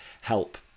help